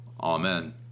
Amen